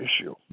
issue